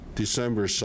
December